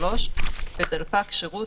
(3) בדלפק שירות,